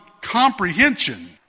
comprehension